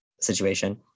situation